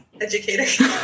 educator